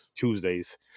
Tuesdays